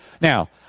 Now